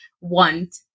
want